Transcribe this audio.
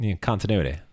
continuity